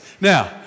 Now